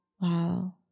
wow